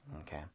Okay